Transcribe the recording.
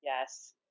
yes